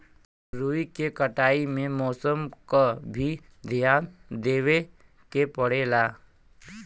रुई के कटाई में मौसम क भी धियान देवे के पड़ेला